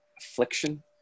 affliction